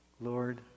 Lord